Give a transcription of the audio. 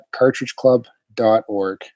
cartridgeclub.org